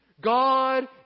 God